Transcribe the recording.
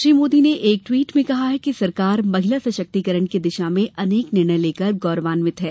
श्री मोदी ने एक ट्वीट में कहा कि सरकार महिला सशक्तिकरण की दिशा में अनेक निर्णय लेकर गौरवान्वित है